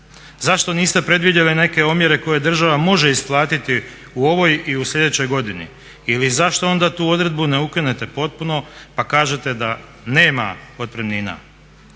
zašto niste predvidjeli neke omjere koje država može isplatiti u ovoj i u sljedećoj godini ili zašto onda tu odredbu ne ukinete potpuno pa kažete da nema otpremnina.